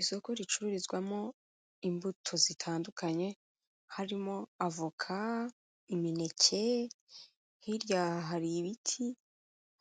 Isoko ricururizwamo imbuto zitandukanye, harimo avoka, imineke, hirya hari ibiti,